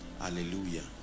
Hallelujah